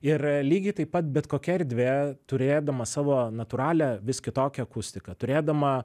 ir lygiai taip pat bet kokia erdvė turėdama savo natūralią vis kitokią akustiką turėdama